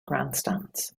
grandstands